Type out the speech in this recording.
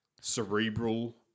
cerebral